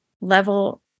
level